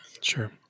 Sure